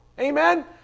Amen